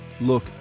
look